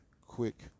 quick